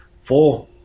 four